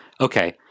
okay